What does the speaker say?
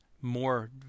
more